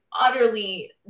utterly